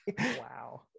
wow